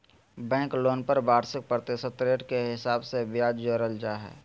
bank loan पर वार्षिक प्रतिशत रेट के हिसाब से ब्याज जोड़ल जा हय